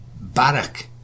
Barak